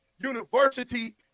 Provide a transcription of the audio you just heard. university